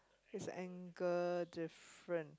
is angle different